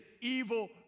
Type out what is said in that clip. evil